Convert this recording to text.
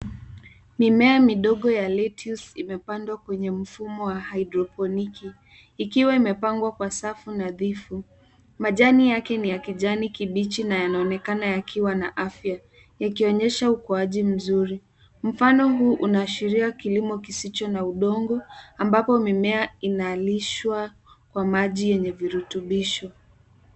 Mimea midogo ya lettuce imepandwa kwenye mfumo wa haidroponiki ikiwa imepangwa kwa safu nadhifu. Majani yake ni ya kijani kibichi na yanaonekana yakiwa na afya yakionyesha ukuaji mzuri. Mfano huu unaashiria kilimo kisicho na udongo ambapo mimea inalishwa kwa maji yenye virutubisho.